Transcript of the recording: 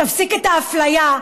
תפסיק את האפליה.